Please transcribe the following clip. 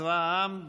צבא העם,